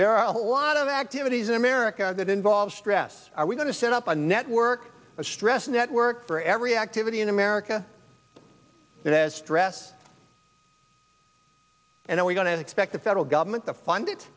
there are a lot of activities in america that involve stress are we going to set up a network of stress a network for every activity in america that has stress and are we going to expect the federal government to fund